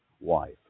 wife